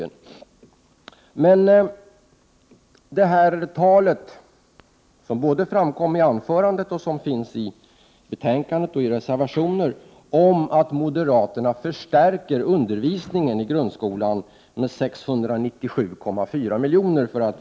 Det framkom av Ann-Cathrine Haglunds anförande och det framkommer av betänkandet och i reservationer att moderaterna vill förstärka undervisningen i grundskolan med — för att vara exakt — 697,4 milj.kr.